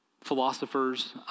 philosophers